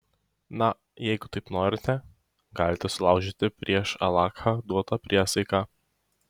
na jeigu taip norite galite sulaužyti prieš alachą duotą priesaiką